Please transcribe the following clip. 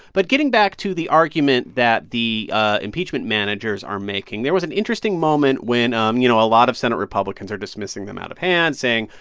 but getting back to the argument that the impeachment managers are making, there was an interesting moment when um you know, a lot of senate republicans are dismissing them out of hand, saying,